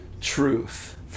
truth